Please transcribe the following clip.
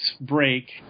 break